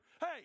Hey